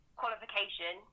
qualification